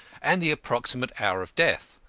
and the approximate hour of death.